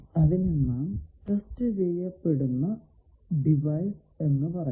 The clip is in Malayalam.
അതിനെ നാം ടെസ്റ്റ് ചെയ്യപ്പെടുന്ന ഡിവൈസ് എന്ന് പറയുന്നു